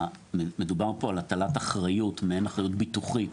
מדובר פה על הטלת אחריות, מעין אחריות ביטוחית